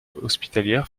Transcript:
hospitalière